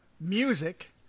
music